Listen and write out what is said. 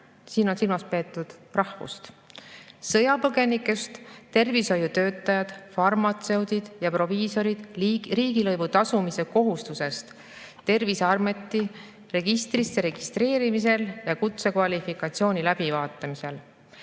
siin on silmas peetud rahvust – sõjapõgenikest tervishoiutöötajad, farmatseudid ja proviisorid riigilõivu tasumise kohustusest Terviseameti registrisse registreerimisel ja kutsekvalifikatsiooni läbivaatamisel.